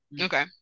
okay